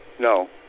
No